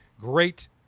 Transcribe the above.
great